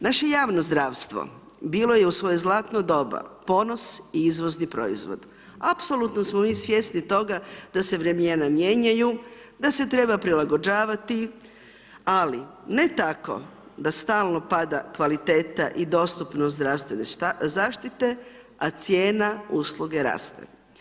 Naše javno zdravo bilo je u svoje zlatno doba ponos i izvozni proizvod apsolutno smo mi svjesni toga da se vremena mijenjaju da se treba prilagođavati, ali ne tako da stalno pada kvaliteta i dostupnost zdravstvene zaštite a cijena usluge raste.